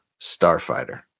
Starfighter